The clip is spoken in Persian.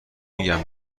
میگم